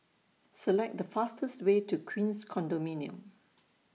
Select The fastest Way to Queens Condominium